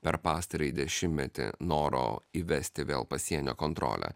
per pastarąjį dešimtmetį noro įvesti vėl pasienio kontrolę